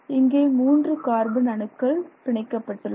இங்கே 3 கார்பன் அணுக்கள் பிணைக்கப்பட்டுள்ளது